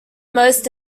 most